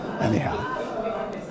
Anyhow